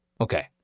okay